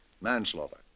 Manslaughter